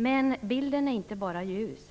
Men bilden är inte bara ljus.